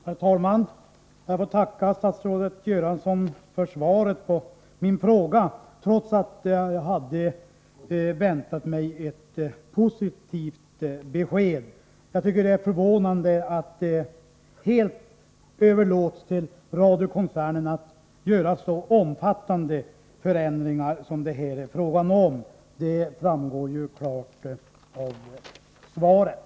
Herr talman! Jag får tacka statsrådet Göransson för svaret på min fråga, trots att jag hade väntat mig ett positivt besked. Det är förvånande att det helt överlåts till Sveriges Radio-koncernen att göra så omfattande förändringar som det här är fråga om. Att så är fallet framgår ju klart av svaret.